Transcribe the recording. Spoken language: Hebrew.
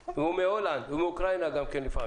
הולנד, ולעיתים גם מאוקראינה.